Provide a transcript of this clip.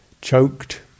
choked